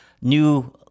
new